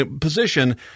position